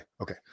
okay